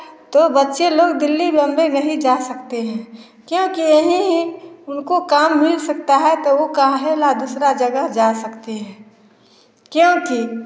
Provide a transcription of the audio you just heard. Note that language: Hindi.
तो बच्चे लोग दिल्ली बॉम्बे नहीं जा सकते हैं क्योंकि यहीं उनको काम मिल सकता है तो वह काहेला दूसरा जगह जा सकती है क्योंकि